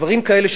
דברים כאלה,